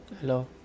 Hello